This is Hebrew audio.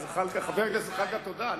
חבר הכנסת זחאלקה, תודה.